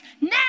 Now